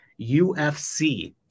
UFC